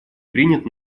принят